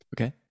okay